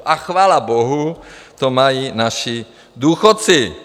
A chvála bohu to mají naši důchodci.